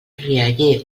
rialler